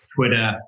Twitter